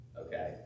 okay